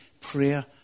prayer